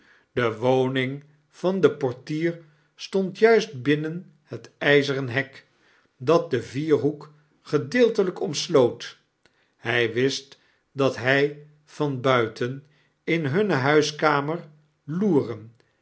de woning van den portier stond juist binnen het ijzeren hek dat den vierhoek gedeeltelijk omsloot hij wist dat hij van buiten in hunne huiskamer loeren